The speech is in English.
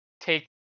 take